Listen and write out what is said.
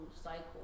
cycle